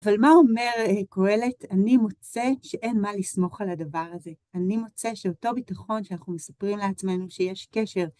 אבל מה אומר קהלת? אני מוצא שאין מה לסמוך על הדבר הזה. אני מוצא שאותו ביטחון שאנחנו מספרים לעצמנו שיש קשר.